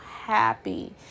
happy